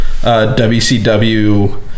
wcw